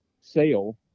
sale